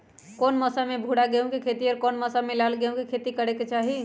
कौन मौसम में भूरा गेहूं के खेती और कौन मौसम मे लाल गेंहू के खेती करे के चाहि?